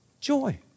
Joy